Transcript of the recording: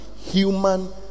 Human